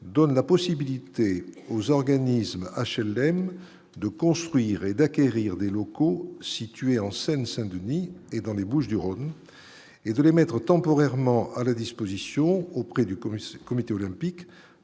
donne la possibilité aux organismes HLM de construire et d'acquérir des locaux situés en Seine-Saint-Denis et dans les Bouches-du-Rhône et de les mettre temporairement à la disposition auprès du commerce comité olympique